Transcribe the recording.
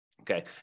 Okay